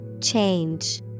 Change